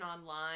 online